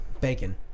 Bacon